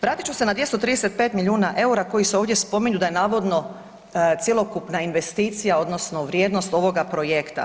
Vratit ću se na 235 milijuna EUR-a koji se ovdje spominju da je navodno cjelokupna investicija odnosno vrijednost ovoga projekta.